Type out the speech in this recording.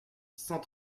cent